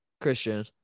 christian